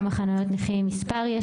כמה חניות נכים עם מספר יש,